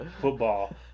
football